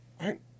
right